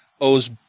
owes